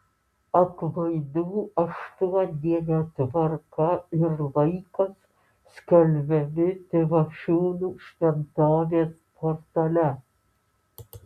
atlaidų aštuondienio tvarka ir laikas skelbiami pivašiūnų šventovės portale